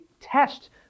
test